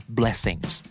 blessings